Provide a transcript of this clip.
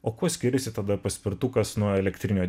o kuo skiriasi tada paspirtukas nuo elektrinio